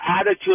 attitude